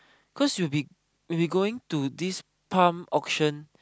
cause we'll be we'll be going to this Palm auction